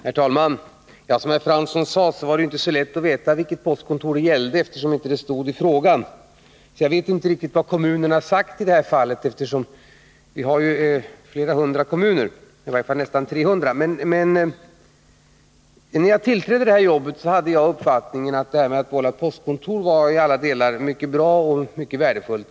Herr talman! Som herr Fransson sade var det ju inte så lätt att veta vilket postkontor det gällde, eftersom det inte stod i frågan. Jag vet inte riktigt vad kommunen har sagt i det här fallet — vi har ju nästan 300 kommuner. När jag tillträdde det här jobbet hade jag uppfattningen att detta med att hålla postkontor var i alla delar någonting mycket bra och värdefullt.